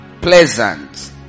pleasant